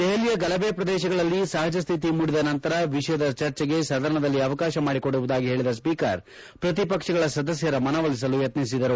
ದೆಹಲಿಯ ಗಲಭೆ ಪ್ರದೇಶಗಳಲ್ಲಿ ಸಹಜ ಸ್ಟಿತಿ ಮೂಡಿದ ನಂತರ ವಿಷಯದ ಚರ್ಚೆಗೆ ಸದನದಲ್ಲಿ ಅವಕಾಶ ಮಾಡಿಕೊಡುವುದಾಗಿ ಹೇಳಿದ ಸ್ಪೀಕರ್ ಪ್ರತಿಪಕ್ಷಗಳ ಸದಸ್ನರ ಮನವೊಲಿಸಲು ಯತ್ನಿಸಿದರು